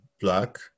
black